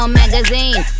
magazine